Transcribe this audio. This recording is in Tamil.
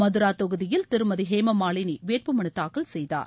மதுரா தொகுதியில் திருமதி ஹேமாமாலினி வேட்பு மனு தாக்கல் செய்தார்